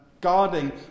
Guarding